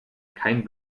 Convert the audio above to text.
kein